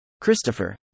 Christopher